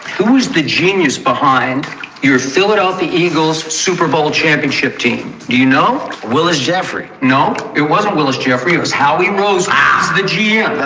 who is the genius behind your philadelphia eagles super bowl championship team? do you know willa's jeffery? no, it wasn't willis jeffery was how he was ah the gm?